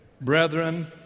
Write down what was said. Brethren